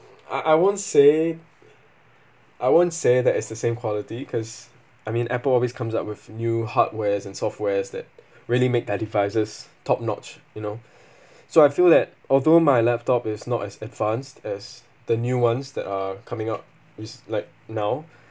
I I won't say I won't say that it's the same quality cause I mean apple always comes up with new hardwares and softwares that really make their devices top notch you know so I feel that although my laptop is not as advanced as the new ones that are coming up is like now